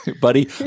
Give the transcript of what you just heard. Buddy